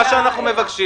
מה שאנחנו מבקשים